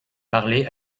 parler